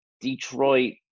Detroit